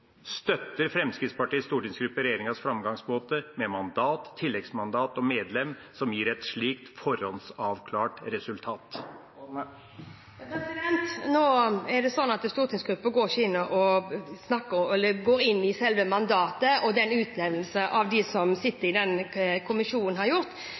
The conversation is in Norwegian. Støtter Fremskrittspartiets stortingsgruppe regjeringas framgangsmåte med mandat, tilleggsmandat og medlem som gir et slikt forhåndsavklart resultat? Nå er det sånn at stortingsgruppa ikke går inn i selve mandatet eller utnevnelsen gjort av dem som sitter i kommisjonen. Kommisjonen kom med en delrapport for to dager siden, og som